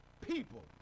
people